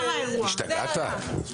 יום טוב כלפון יכול היה להישאר חבר כנסת.